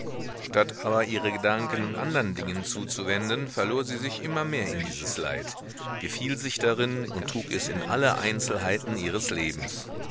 statt aber ihre gedanken andern dingen zuzuwenden verlor sie sich immer mehr in dieses leid gefiel sich darin und trug es in alle einzelheiten ihres lebens